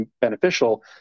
beneficial